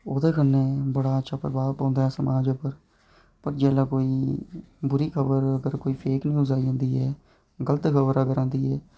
ते ओह्दे कन्नै बड़ा अच्छा असर पौंदा ऐ समाज पर जेल्लै कोई बुरी खबर फेक न्यूज़ आई जंदी ऐ गलत खबर अगर आई जंदी ऐ